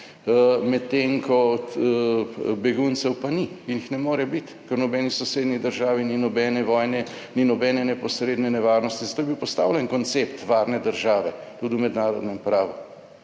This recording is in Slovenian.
medtem ko od beguncev pa ni, jih ne more biti, ker v nobeni sosednji državi ni nobene vojne, ni nobene neposredne nevarnosti, zato je bil postavljen koncept varne države tudi v mednarodnem pravu,